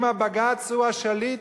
אם הבג"ץ הוא השליט,